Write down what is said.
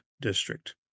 District